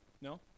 No